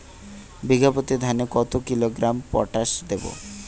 বিঘাপ্রতি ধানে কত কিলোগ্রাম পটাশ দেবো?